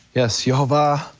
yes, yehovah,